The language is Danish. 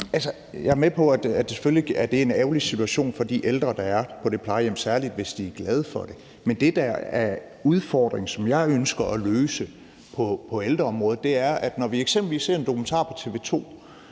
Jeg er med på, at det selvfølgelig er en ærgerlig situation for de ældre, der er på det plejehjem, særlig hvis de er glade for det. Men der er en udfordring på ældreområdet, som jeg ønsker at løse. Når vi eksempelvis ser en dokumentar på TV 2